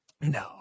no